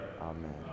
Amen